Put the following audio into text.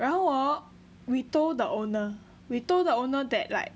然后 hor we told the owner we told the owner that like